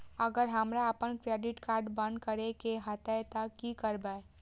अगर हमरा आपन क्रेडिट कार्ड बंद करै के हेतै त की करबै?